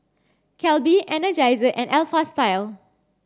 Calbee Energizer and Alpha Style